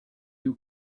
you